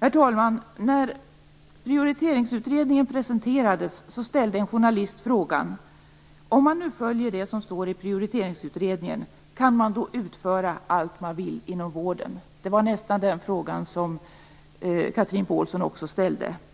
Herr talman! När Prioriteringsutredningen presenterades ställde en journalist frågan: Om man nu följer det som står i Prioriteringsutredningen, kan man då utföra allt man vill inom vården? Det var nästan den fråga som Chatrine Pålsson ställde.